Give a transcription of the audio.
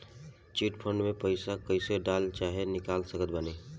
Chit fund मे पईसा कईसे डाल चाहे निकाल सकत बानी?